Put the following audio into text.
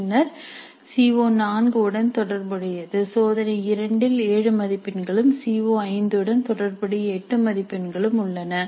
பின்னர் சி ஓ4 உடன் தொடர்புடையது சோதனை 2 இல் 7 மதிப்பெண்களும் சி ஓ5 உடன் தொடர்புடைய 8 மதிப்பெண்களும் உள்ளன